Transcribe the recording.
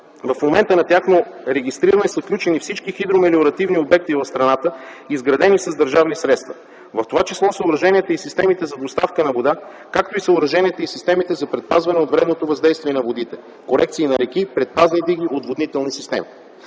в момента на тяхното регистриране са включени всички хидромелиоративни обекти в страната, изградени с държавни средства, в това число съоръженията и системите за доставка на вода, както и съоръженията и системите за предпазване от вредното въздействие на водите, корекции на реки, предпазни диги, отводнителни системи.